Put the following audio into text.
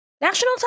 National